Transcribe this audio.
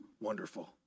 wonderful